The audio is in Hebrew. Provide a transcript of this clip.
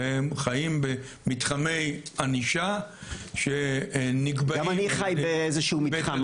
הם חיים במתחמי ענישה שנקבעים -- גם אני חי באיזשהו מתחם,